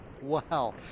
wow